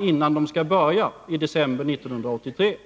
innan man skall börja utplacera sina robotar i december 1983, nå en förhandlingslösning om att begränsa detta.